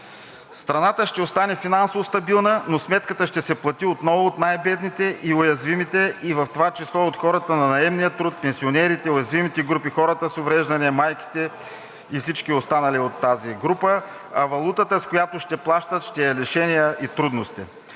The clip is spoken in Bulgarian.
Страната ще остане финансово стабилна, но сметката ще се плати отново от най бедните и уязвимите, в това число и от хората на наемния труд, пенсионерите, уязвимите групи, хората с увреждания, майките и всички останали от тази група, а валутата, с която ще плащат, ще е лишения и трудности.